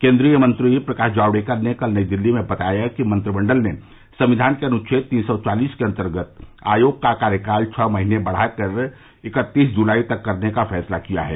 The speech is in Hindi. केंद्रीय मंत्री प्रकाश जावड़ेकर ने कल नई दिल्ली में बताया कि मंत्रिमंडल ने संविधान के अनुच्छेद तीन सौ चालीस के अंतर्गत आयोग का कार्यकाल छह महीने बढ़ाकर इकत्तीस जुलाई तक करने का फैसला किया है